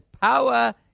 power